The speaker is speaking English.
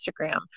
Instagram